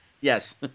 Yes